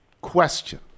question